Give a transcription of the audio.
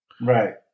Right